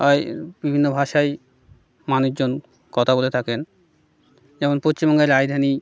আয় বিভিন্ন ভাষায় মানুষজন কথা বলে থাকেন যেমন পশ্চিমবঙ্গের রাজধানি